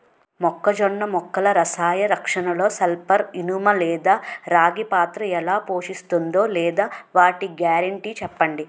మొక్కజొన్న మొక్కల రసాయన రక్షణలో సల్పర్, ఇనుము లేదా రాగి పాత్ర ఎలా పోషిస్తుందో లేదా వాటి గ్యారంటీ చెప్పండి